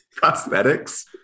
cosmetics